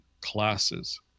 classes